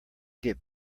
get